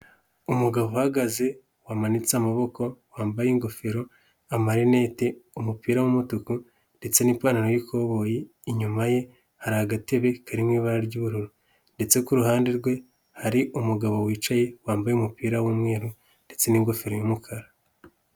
Umugabo uhagaze wamanitse amaboko, wambaye ingofero, amarinete, umupira wumutuku ndetse n'ipantaro y'ikoboyi. Inyuma ye hari agatebe karimo ibara ry'ubururu ndetse ku ruhande rwe hari umugabo wicaye wambaye umupira w'umweru ndetse n'ingofero y'umukara.